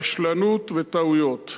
רשלנות וטעויות,